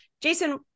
jason